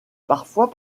parfois